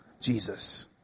Jesus